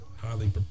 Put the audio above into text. Highly